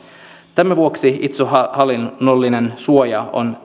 tämän vuoksi itsehallinnollinen suoja on